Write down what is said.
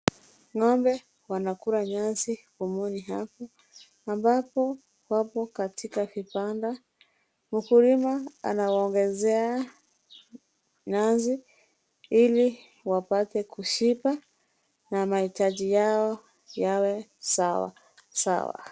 Ng'ombe wanakula nyasi humuni hapo ambapo wapo katika vipanda. Mkulima anawaongezea nyasi ili wapate kushiba na mahitaji yao yawe sawa sawa.